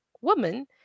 woman